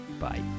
Bye